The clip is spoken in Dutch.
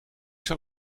zal